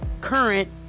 current